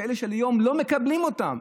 כאלה שהיום לא מקבלים אותם.